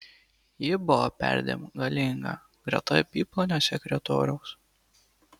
ji buvo perdėm galinga greta apyplonio sekretoriaus